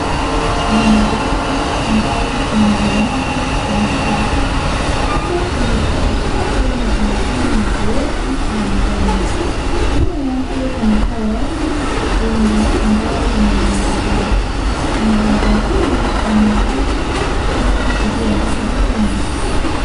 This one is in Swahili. Mwanariadha ambaye ni mlemavu wa miguu, ako kwenye kiti chake na anafanya mazoezi uwanjani. Nyuma yake pamekaa watu wengi ambao wamemuangalia. Mwanariadha huyu amevaa shati iliyoandikwa Kenya.